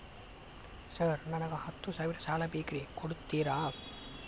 Sir ನನಗ ಹತ್ತು ಸಾವಿರ ಸಾಲ ಬೇಕ್ರಿ ಕೊಡುತ್ತೇರಾ?